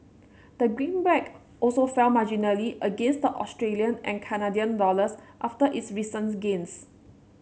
the greenback also fell marginally against the Australian and Canadian dollars after its recent gains